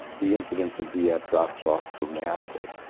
the incidence of vf drops off dramatically.